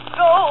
go